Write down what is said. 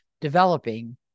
developing